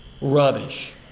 rubbish